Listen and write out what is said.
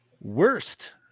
Worst